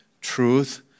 truth